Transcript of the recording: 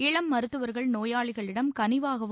இளம் மருத்துவர்கள் நோயாளிகளிடம் கனிவாகவும்